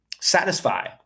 satisfy